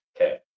Okay